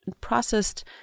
processed